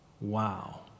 Wow